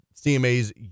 CMA's